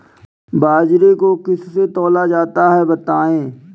बाजरे को किससे तौला जाता है बताएँ?